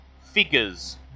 figures